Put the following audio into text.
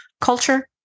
Culture